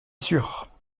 sûr